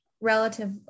relative